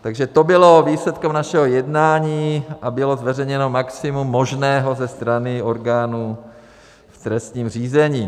Takže to bylo výsledkem našeho jednání a bylo zveřejněno maximum možného ze strany orgánů v trestním řízení.